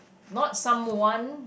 not someone